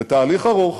זה תהליך ארוך,